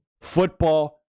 football